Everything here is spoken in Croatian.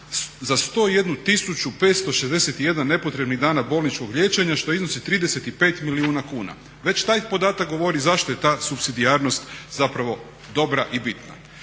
za 101.561 nepotrebnih dana bolničkog liječenja što iznosi 35 milijuna kuna. već taj podatak govori zašto je ta supsidijarnost zapravo dobra i bitna.